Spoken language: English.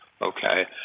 okay